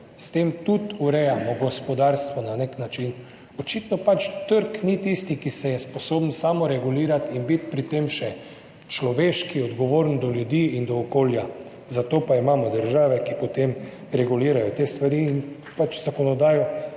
s tem tudi urejamo gospodarstvo na nek način. Očitno pač trg ni tisti, ki se je sposoben samoregulirati in biti pri tem še človeški, odgovoren do ljudi in do okolja, zato pa imamo države, ki potem regulirajo te stvari in pač sprejemajo